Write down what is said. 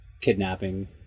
kidnapping